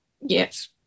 Yes